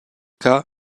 cas